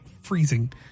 freezing